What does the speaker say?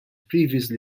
previously